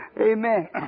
Amen